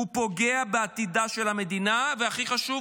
הוא פוגע בעתידה של המדינה, והכי חשוב,